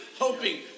hoping